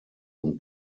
und